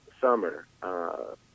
summer